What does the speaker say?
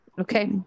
Okay